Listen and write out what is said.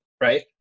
Right